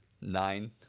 Nine